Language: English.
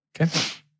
Okay